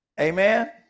Amen